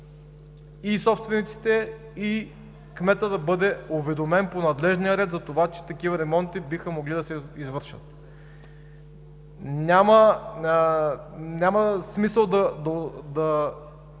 и собствениците, и кметът да бъдат уведомени по надлежния ред за това, че такива ремонти биха могли да се извършат. Няма смисъл да